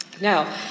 Now